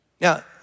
Now